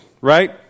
right